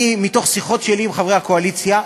מתוך שיחות שלי עם חברי הקואליציה,